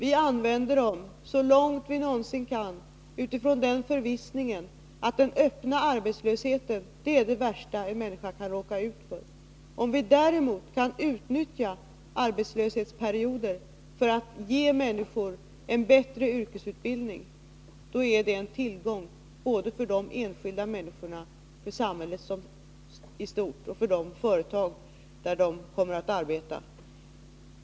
Vi använder den så långt vi någonsin kan utifrån den förvissningen att den öppna arbetslösheten är det värsta en människa kan råka ut för. Om vi däremot kan utnyttja arbetslöshetsperioder för att ge människor en bättre yrkesutbildning är detta en tillgång såväl för de enskilda människorna och samhället i stort som för de företag där människorna kommer att arbeta.